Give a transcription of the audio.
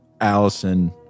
Allison